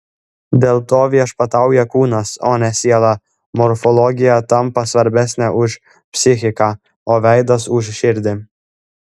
dėl to viešpatauja kūnas o ne siela morfologija tampa svarbesnė už psichiką o veidas už širdį